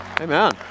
Amen